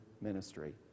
ministry